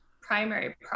primary